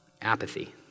Apathy